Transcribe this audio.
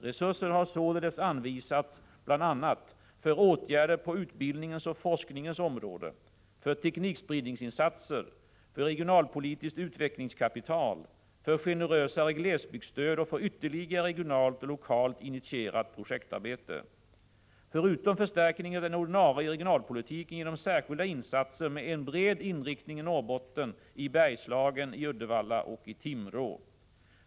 Resurser har således anvisats bl.a. 21 — för generösare glesbygdsstöd och för ytterligare regionalt och lokalt initierat projektarbete. Förutom förstärkningen av den ordinarie regionalpolitiken genomförs särskilda insatser med en bred inriktning i Norrbotten, i Bergslagen, i Uddevalla och i Timrå.